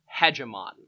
hegemon